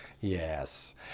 Yes